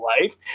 life